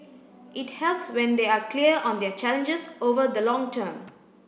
it helps when they are clear on their challenges over the long term